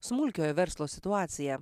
smulkiojo verslo situaciją